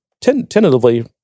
tentatively